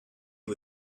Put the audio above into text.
you